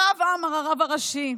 הרב עמאר, הרב הראשי,